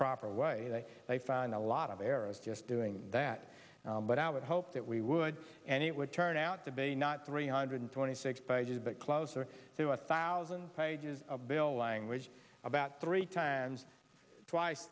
proper way they found a lot of arrows just doing that but i would hope that we would and it would turn out to be not three hundred twenty six pages that closer to a thousand pages of bill language about three times twice